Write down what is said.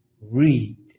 read